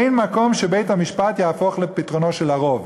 אין מקום שבית-המשפט יהפוך לפטרונו של הרוב.